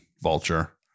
Vulture